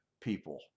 people